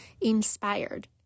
inspired